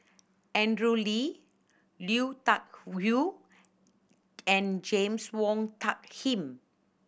Andrew Lee Lui Tuck Yew and James Wong Tuck Yim